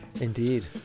indeed